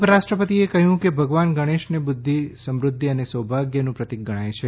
ઉપરાષ્ટ્રપતિએ કહ્યું કે ભગવાન ગણેશને બુધ્ધિ સમૃધ્ધિ અને સૌભાગ્યનું પ્રતિક ગણાય છે